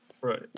Right